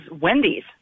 Wendy's